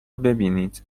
ببینید